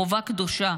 חובה קדושה,